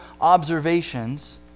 observations